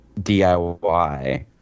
DIY